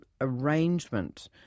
arrangement